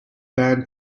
band